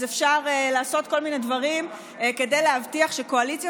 אז אפשר לעשות כל מיני דברים כדי להבטיח שקואליציה